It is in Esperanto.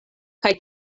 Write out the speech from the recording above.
kaj